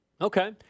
Okay